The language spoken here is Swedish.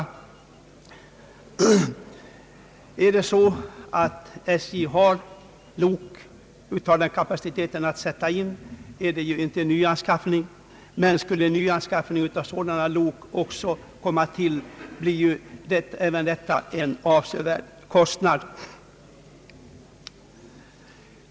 Har SJ lok av den kapaciteten att sätta in, så blir det inte fråga om någon nyanskaffning. Skulle sådana lok behöva anskaffas, blir ju även detta en avsevärd kostnad.